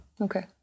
Okay